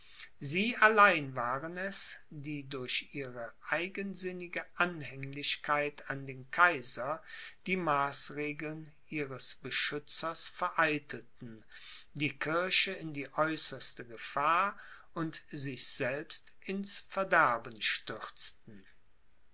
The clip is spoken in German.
sie allein waren es die durch ihre eigensinnige anhänglichkeit an den kaiser die maßregeln ihres beschützers vereitelten die kirche in die äußerste gefahr und sich selbst ins verderben stürzten